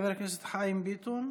חבר הכנסת חיים ביטון,